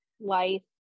life